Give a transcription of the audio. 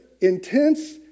Intense